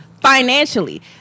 financially